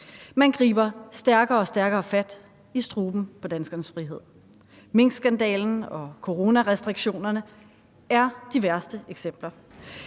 Man griber stærkere og stærkere fat i struben på danskernes frihed. Minkskandalen og coronarestriktionerne er de værste eksempler.